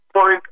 point